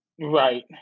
Right